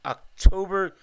October